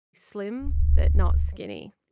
slim but not skinny.